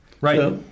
Right